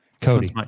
cody